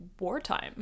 wartime